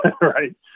right